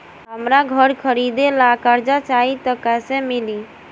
हमरा घर खरीदे ला कर्जा चाही त कैसे मिली?